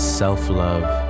self-love